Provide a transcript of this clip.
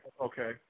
okay